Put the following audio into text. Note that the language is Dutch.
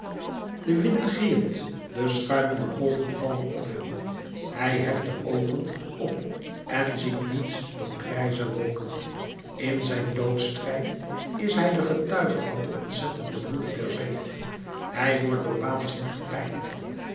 de wind giert de schuimende golven vallen op hem hij heft de oogen op en ziet niets dan grijze wolken in zijn doodsstrijd is hij de getuige van de ontzettende woede der zee hij wordt door